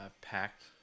packed